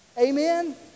Amen